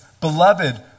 beloved